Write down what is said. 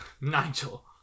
nigel